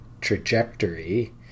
trajectory